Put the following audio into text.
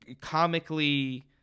comically